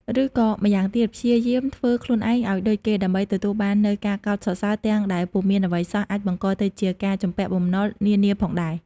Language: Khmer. ឬក៏ម្ប៉ាងទៀតព្យាយាមធ្វើខ្លួនឯងឲ្យដូចគេដើម្បីទទួលបាននូវការកោតសរសើរទាំងដែលពុំមានអ្វីសោះអាចបង្កទៅជាការជំពាក់បំណុលនានាផងដែរ។